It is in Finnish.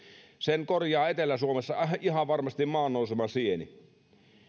sen korjaa etelä suomessa ihan varmasti maannousemasieni